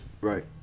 Right